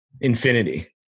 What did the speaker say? infinity